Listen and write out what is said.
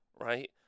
Right